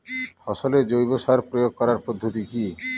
ফসলে জৈব সার প্রয়োগ করার পদ্ধতি কি?